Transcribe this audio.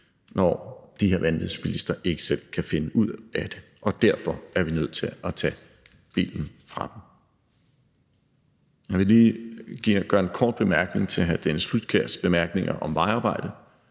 når de her vanvidsbilister ikke selv kan finde ud af det, og derfor er vi nødt til at tage bilen fra dem. Jeg vil lige komme med en kort bemærkning til hr. Dennis Flydtkjærs bemærkninger om vejarbejde.